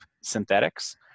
synthetics